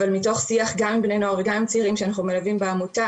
אבל מתוך שיח גם עם בני נוער וגם עם צעירים שאנחנו מלווים בעמותה,